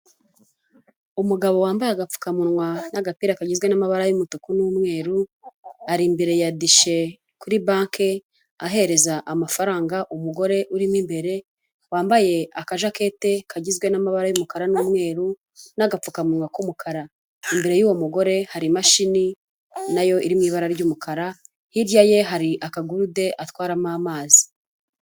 Umugabo wambaye agapfukamunwa n'agapira kagizwe n'amabara y'umutuku n'umweru, ari imbere ya dishe kuri banki, ahereza amafaranga umugore urimo imbere, wambaye akajaketi kagizwe n'amabara y'umukara n'umweru n'agapfukamunwa k'umukara. Imbere y'uwo mugore hari imashini na yo iri mu ibara ry'umukara, hirya ye hari akagurude atwaramo amazi.